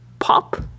Pop